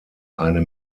eine